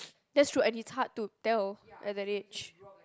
that's true and it's hard to tell at that age